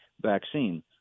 vaccine